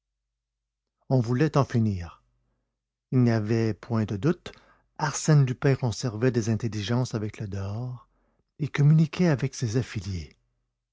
on voulait en finir il n'y avait point de doute arsène lupin conservait des intelligences avec le dehors et communiquait avec ses affidés